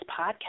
podcast